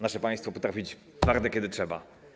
Nasze państwo potrafi być twarde, kiedy trzeba.